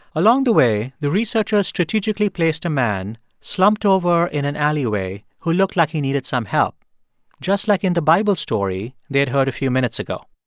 along the way, the researcher strategically placed a man slumped over in an alleyway who looked like he needed some help just like in the bible story they had heard a few minutes ago.